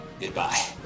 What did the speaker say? goodbye